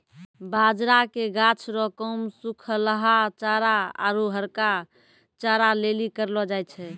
बाजरा के गाछ रो काम सुखलहा चारा आरु हरका चारा लेली करलौ जाय छै